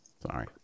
sorry